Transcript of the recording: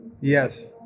Yes